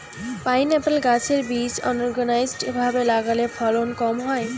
pineapple গাছের বীজ unorganised ভাবে লাগালে ফলন কম হয়